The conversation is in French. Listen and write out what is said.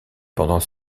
pendant